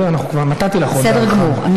נדאג לכך שמעבר רפיח יהיה פתוח,